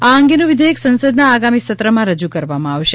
આ અંગેનું વિધેયક સંસદના આગામી સત્રમાં રજૂ કરવામાં આવશે